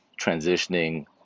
transitioning